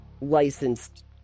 licensed